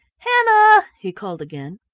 hannah! he called again.